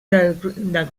del